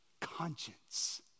conscience